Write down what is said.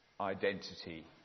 identity